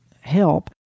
help